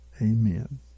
Amen